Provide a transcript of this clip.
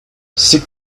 stick